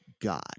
God